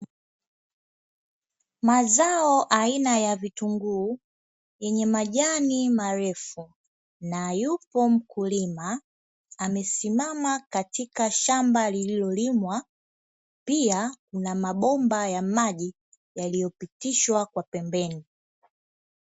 Mazao aina ya vitunguu yenye majani marefu na yupo mkulima amesimama katika shamba lililo limwa. Pia kuna mabomba ya maji yaliyopitishwa kwa pembeni.